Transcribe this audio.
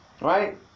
right